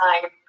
time